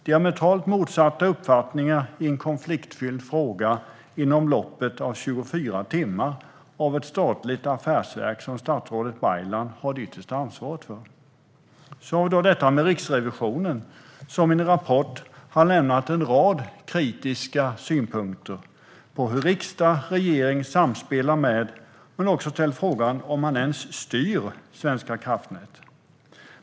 Diametralt motsatta uppfattningar i en konfliktfylld fråga redovisas alltså under loppet av 24 timmar av ett statligt affärsverk som statsrådet Baylan har det yttersta ansvaret för. Riksrevisionen har så i en rapport lämnat en rad kritiska synpunkter på hur riksdag och regering samspelar med bolaget, och också ställt frågan om man ens styr Svenska kraftnät.